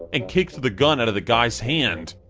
and kicked the gun out of the guy's hand.